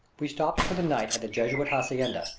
we stopped for the night at the jesuit hacienda,